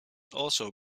also